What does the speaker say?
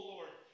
Lord